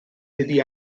iddi